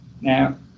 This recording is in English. Now